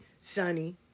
sunny